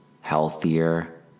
healthier